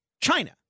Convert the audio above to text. China